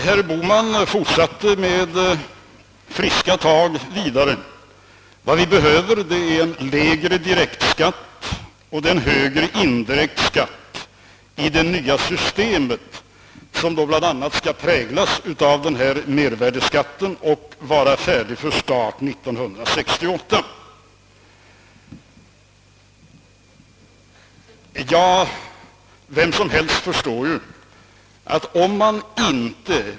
Herr Bohman fortsatte med friska tag och yttrade att vad vi behöver är en lägre direkt skatt och en högre indirekt "skatt i det nya systemet, som då bl.a. skall präglas av denna mervärdeskatt och vara färdigt att tillämpa 1968.